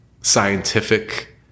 scientific